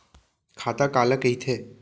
खाता काला कहिथे?